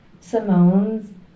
Simone's